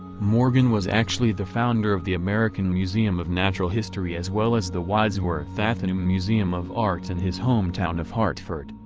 morgan was actually the founder of the american museum of natural history as well as the wadsworth atheneum museum of art in his hometown of hartford,